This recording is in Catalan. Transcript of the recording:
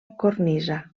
cornisa